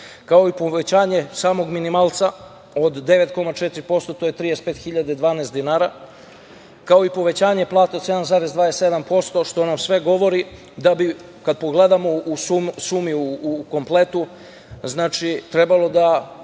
kao i povećanje samog minimalca od 9,4%, to je 35.012, kao i povećanje plata od 7,27%, što nam sve govori da bi, kad pogledamo u sumi u kompletu, znači trebalo da